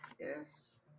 Yes